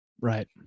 right